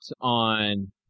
on